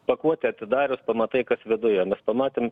pakuotę atidarius pamatai kas viduje mes pamatėm